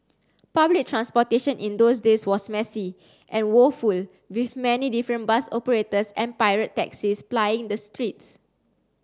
public transportation in those days was messy and woeful with many different bus operators and pirate taxis plying the streets